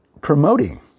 promoting